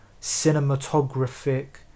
cinematographic